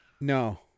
No